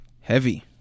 heavy